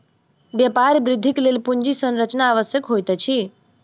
व्यापार वृद्धिक लेल पूंजी संरचना आवश्यक होइत अछि